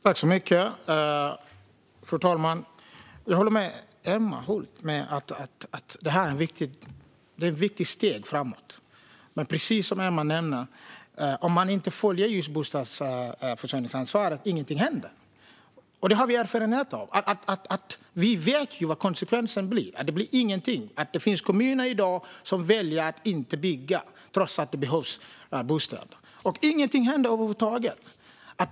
Fru talman! Jag håller med Emma Hult om att detta är ett viktigt steg framåt. Men det är precis som Emma nämner: Om man inte följer lagen och tar sitt bostadsförsörjningsansvar händer ingenting. Det har vi erfarenhet av. Vi vet vad konsekvensen blir - det händer ingenting. Det finns i dag kommuner som väljer att inte bygga trots att det behövs bostäder, och det händer ingenting över huvud taget.